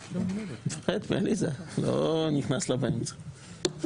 אני מפחד מעליזה, לא נכנס לה באמצע.